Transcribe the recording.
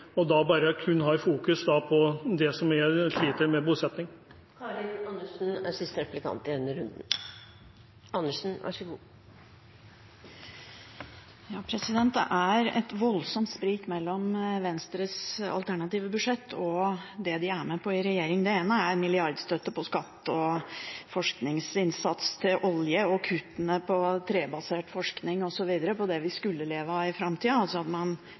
kun har fokus på bosetting. Det er et voldsomt sprik mellom Venstres alternative budsjett og det de er med på i regjering. Det ene er milliardstøtte på skatt og forskningsinnsats på olje og kuttene på trebasert forskning osv., på det vi skulle leve av i framtida, altså at man